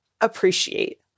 appreciate